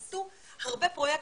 עשו הרבה פרויקטים,